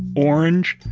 orange,